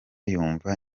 yumva